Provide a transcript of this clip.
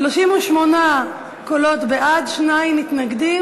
ההצעה להעביר